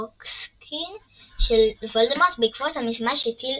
ההורקרוקסים של וולדמורט בעקבות המשימה שהטיל